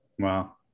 Wow